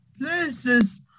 places